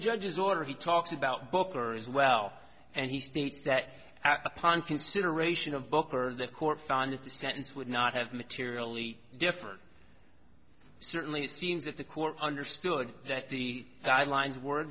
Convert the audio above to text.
judge's order he talked about booker as well and he states that upon consideration of booker the court found assistance would not have materially different certainly it seems that the court understood that the guidelines w